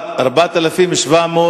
4,700,